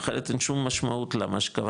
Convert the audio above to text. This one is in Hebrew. אחרת אין שום משמעות למה שקבעת,